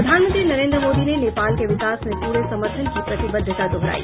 प्रधानमंत्री नरेन्द्र मोदी ने नेपाल के विकास में पूरे समर्थन की प्रतिबद्धता दोहराई